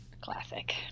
Classic